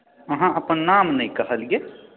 अहाँ अपन नाम नहि कहलियै